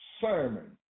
sermon